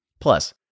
Plus